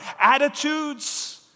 attitudes